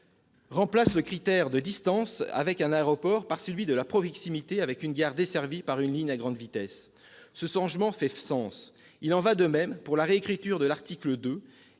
remplacer le critère de distance avec un aéroport par celui de la proximité avec une gare desservie par une ligne à grande vitesse. Ce changement fait sens. Il en va de même pour la réécriture de l'article 2,